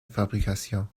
fabrication